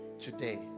today